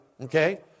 okay